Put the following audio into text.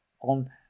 On